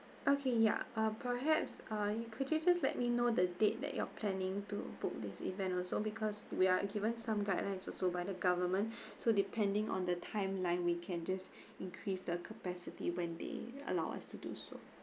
okay ya uh perhaps uh could you just let me know the date that you are planning to book this event also because we are given some guidelines also by the government so depending on the timeline we can just increase the capacity when they allow us to do so